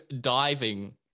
diving